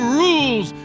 rules